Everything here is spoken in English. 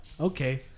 Okay